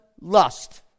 lust